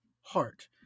heart